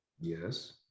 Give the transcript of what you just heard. Yes